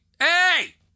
hey